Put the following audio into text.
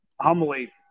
humbly